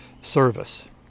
service